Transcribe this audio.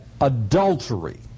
adultery